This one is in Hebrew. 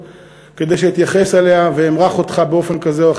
כדי שאתייחס אליה ואמרח אותך באופן כזה או אחר.